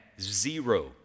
zero